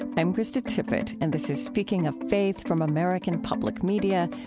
i'm krista tippett, and this is speaking of faith from american public media.